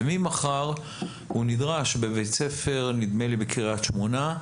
וממחר הוא נדרש בבית ספר נדמה לי בקריית שמונה,